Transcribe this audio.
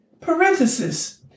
Parenthesis